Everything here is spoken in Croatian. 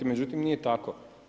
Međutim, nije tako.